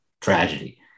tragedy